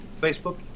Facebook